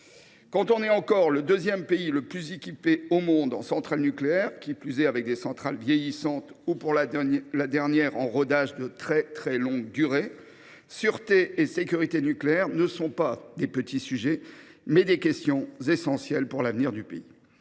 Quand on est, encore aujourd’hui, le deuxième pays le plus équipé du monde en centrales nucléaires, qui plus est des centrales vieillissantes ou, pour la dernière, en rodage de très longue durée, sûreté et sécurité nucléaires sont non pas de petits sujets, mais des questions essentielles pour l’avenir du pays.